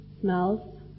smells